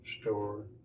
store